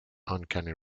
uncanny